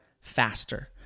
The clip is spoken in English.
faster